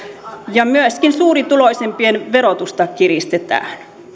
ja myöskin suurituloisimpien verotusta kiristetään